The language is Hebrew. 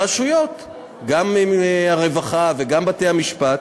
הרשויות, גם הרווחה וגם בתי-המשפט,